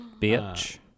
bitch